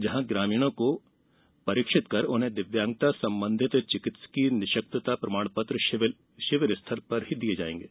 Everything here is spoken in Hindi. यहां ग्रामीणों का परीक्षण कर उन्हें दिव्यांगता संबंधी चिकित्सीय निःशक्तता प्रमाण पत्र शिविर स्थल पर ही दिए जाएंगे